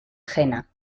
jena